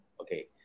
Okay